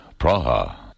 Praha